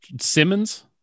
Simmons